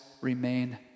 remain